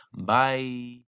bye